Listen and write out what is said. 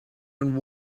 and